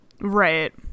Right